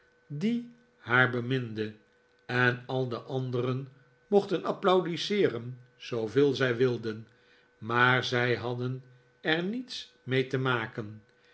die haar beminde en al de anderen mochten applaudisseeren zooveel zij wilden r maar zij hadden er niets mee te maken